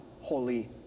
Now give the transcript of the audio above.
Holy